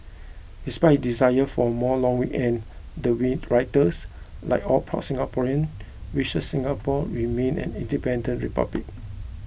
despite his desire for more long weekends the writers like all proud Singaporeans wishes Singapore remains an independent republic